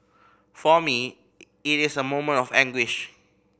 for me it is a moment of anguish